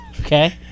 okay